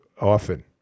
Often